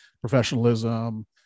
professionalism